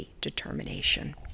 determination